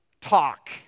talk